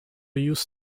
used